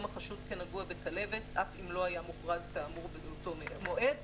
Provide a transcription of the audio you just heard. החשוד כנגוע בכלבת אף אם לא היה מוכרז כאמור באותו מועד.